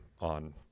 on